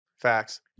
facts